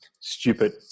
stupid